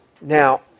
Now